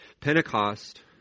Pentecost